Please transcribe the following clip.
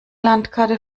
landkarte